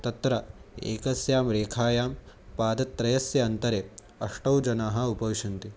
तत्र एकस्यां रेखायां पादत्रयस्य अन्तरे अष्टौ जनाः उपविशन्ति